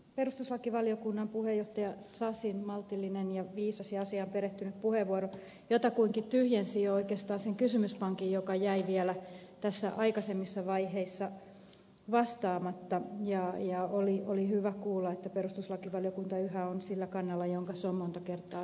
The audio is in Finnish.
perustuslakivaliokunnan puheenjohtaja sasin maltillinen ja viisas ja asiaan perehtynyt puheenvuoro jotakuinkin tyhjensi jo oikeastaan sen kysymyspankin joka jäi vielä tässä aikaisemmassa vaiheessa vastaamatta ja oli hyvä kuulla että perustuslakivaliokunta yhä on sillä kannalla jonka se on monta kertaa yksimielisesti esittänyt